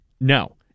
No